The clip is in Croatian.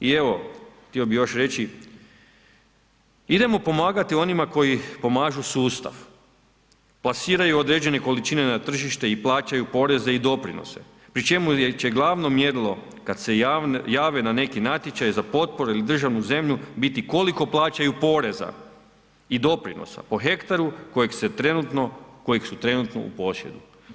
I evo, htio bih još reći, idemo pomagati onima koji pomažu sustav, plasiraju određene količine na tržište i plaćaju poreze i doprinose pri čemu će glavno mjerilo kada se jave na neki natječaj za potporu ili državnu zemlju biti koliko plaćaju poreza i doprinosa po hektaru kojeg su trenutno u posjedu.